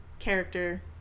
character